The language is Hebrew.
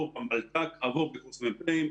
עבור בקורס מ"פים,